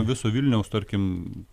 viso vilniaus tarkim